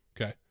Okay